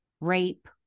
rape